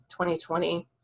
2020